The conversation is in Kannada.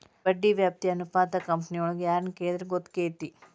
ಬಡ್ಡಿ ವ್ಯಾಪ್ತಿ ಅನುಪಾತಾ ಕಂಪನಿಯೊಳಗ್ ಯಾರ್ ಕೆಳಿದ್ರ ಗೊತ್ತಕ್ಕೆತಿ?